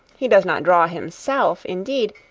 he does not draw himself, indeed,